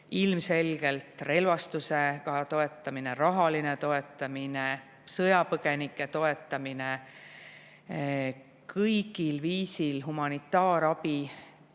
ilmselgelt ka relvastusega toetamine, rahaline toetamine, sõjapõgenike toetamine, igal viisil humanitaarabi andmine.